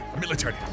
military